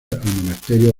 monasterio